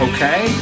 Okay